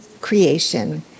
creation